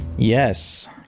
yes